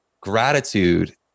gratitude